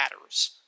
matters